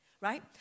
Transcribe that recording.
right